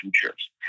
futures